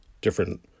different